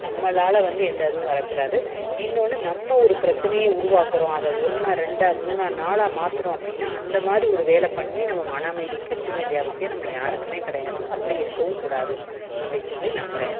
நம்மளால் வந்து எந்த இதுவும் வரக்கூடாது இன்னோன்று நம்ம ஒரு பிரச்சனையை உருவாக்குகிறோம் அதை ஒன்றா ரெண்டாக மூணாக நாலாக மாற்றுறோம் அப்படின்னா அந்த மாதிரி ஒரு வேலை பண்ணி நம்ம மன அமைதியை கெடுத்துக்க வேண்டிய அவசியம் நம்ம யாருக்குமே கிடையாது அப்படி இருக்கவும் கூடாது அப்படின் சொல்லி நம்புகிறேன் நான்